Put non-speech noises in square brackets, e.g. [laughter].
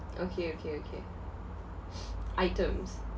okay okay okay [noise] items